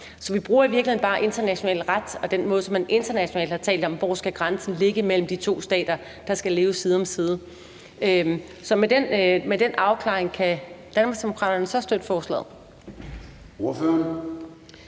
Så vi bruger i virkeligheden bare international ret og den måde, hvorpå man internationalt har talt om, hvor grænsen skal ligge mellem de to stater, der skal leve side om side. Så med den afklaring kan Danmarksdemokraterne så støtte forslaget?